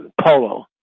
polo